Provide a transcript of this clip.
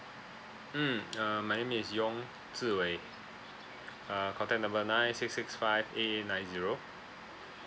mm uh my name is yong zi wei uh contact number nine six six five eight eight nine zero